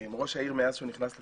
ראש העיר, מאז שהוא נכנס לתפקיד,